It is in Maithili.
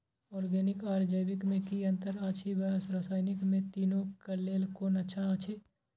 ऑरगेनिक आर जैविक में कि अंतर अछि व रसायनिक में तीनो क लेल कोन अच्छा अछि?